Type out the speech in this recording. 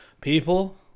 People